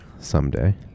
someday